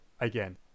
again